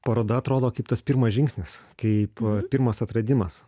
paroda atrodo kaip tas pirmas žingsnis kaip pirmas atradimas